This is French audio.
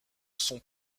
son